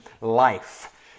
life